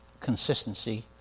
consistency